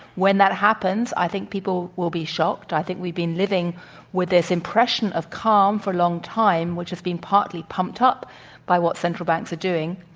when that happens, i think people will be shocked. i think we've been living with this impression of calm for a long time, which has been partly pumped up by what central banks are doing.